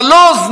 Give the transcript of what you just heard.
נלוז,